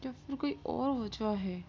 یا پھر کوئی اور وجہ ہے